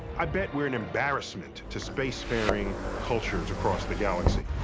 i bet we're an embarrassment to spacefaring cultures across the galaxy.